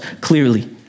clearly